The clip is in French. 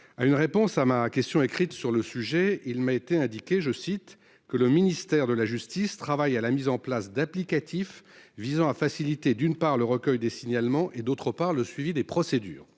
À une réponse à ma question écrite sur le sujet, il m'a été indiqué que « le ministère de la justice travaille à la mise en place d'applicatifs visant à faciliter, d'une part, le recueil de signalements et, d'autre part, le suivi de ces procédures ».